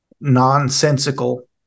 nonsensical